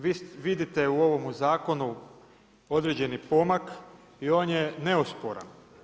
Vi vidite u ovome zakonu određeni pomak i on je neosporan.